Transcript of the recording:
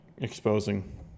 Exposing